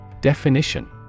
Definition